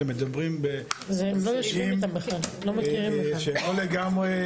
אתם מדברים במושגים שהם לא לגמרי